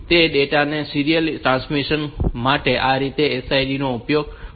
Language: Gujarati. તેથી ડેટા ના સીરીયલ ટ્રાન્સમિશન માટે આ રીતે આ SIM નો ઉપયોગ કરી શકાય છે